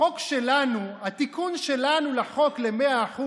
החוק שלנו, התיקון שלנו לחוק ל-100%,